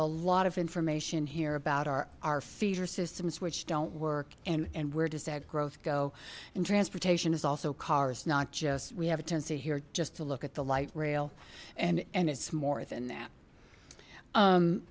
a lot of information here about our our feeder systems which don't work and where does that growth go and transportation is also cars not just we have a tendency here just to look at the light rail and and it's more than that